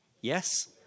Yes